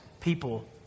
people